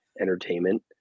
entertainment